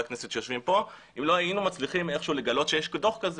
הכנסת שיושבים פה אם לא היינו מצליחים איכשהו לגלות שיש דוח כזה.